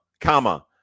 comma